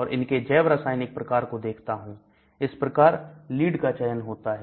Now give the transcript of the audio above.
और इनके जैव रासायनिक प्रकार को देखता हूं इस प्रकार लीड का चयन होता है